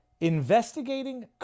Investigating